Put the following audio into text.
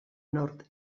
nord